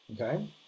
Okay